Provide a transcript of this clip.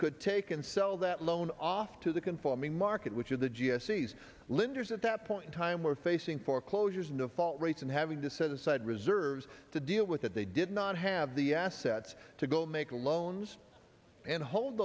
could take and sell that loan off to the conforming market which of the g s e's lenders at that point in time were facing foreclosures no fault rates and having to set aside reserves to deal with that they did not have the assets to go take the loans and hold